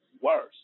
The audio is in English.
worse